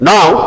Now